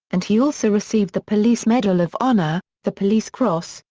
and he also received the police medal of honor, the police cross,